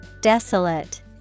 Desolate